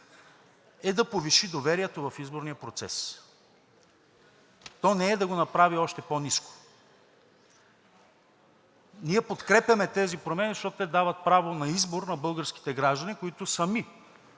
е да повиши доверието в изборния процес. То не е да го направи още по-ниско. Ние подкрепяме тези промени, защото те дават право на избор на българските граждани, които сами